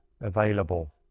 available